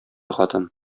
хатын